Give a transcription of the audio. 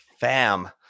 fam